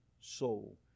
soul